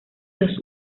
los